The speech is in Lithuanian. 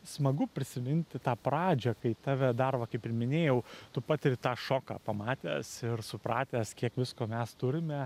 smagu prisiminti tą pradžią kai tave dar va kaip ir minėjau tu patiri tą šoką pamatęs ir supratęs kiek visko mes turime